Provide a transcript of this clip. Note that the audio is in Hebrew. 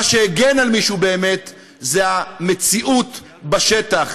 מה שהגן על מישהו באמת זה המציאות בשטח.